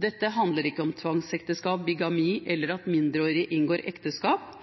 Dette handler ikke om tvangsekteskap, bigami eller at mindreårige inngår ekteskap.